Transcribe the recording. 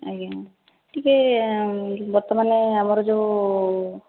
ଆଜ୍ଞା ଟିକେ ବର୍ତ୍ତମାନ ଆମର ଯେଉଁ